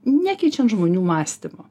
nekeičiant žmonių mąstymo